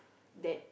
that